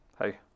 Hey